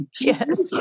Yes